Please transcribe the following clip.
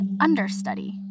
understudy